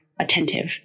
attentive